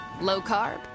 low-carb